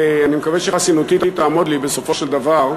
ואני מקווה שחסינותי תעמוד לי בסופו של דבר.